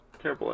Terrible